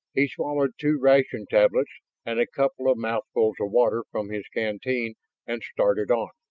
he swallowed two ration tablets and a couple of mouthfuls of water from his canteen and started on.